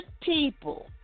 people